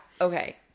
Okay